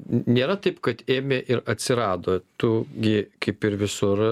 nėra taip kad ėmė ir atsirado tu gi kaip ir visur